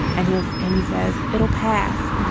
and he has. and he says it'll pass.